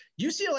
UCLA